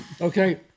Okay